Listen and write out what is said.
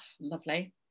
lovely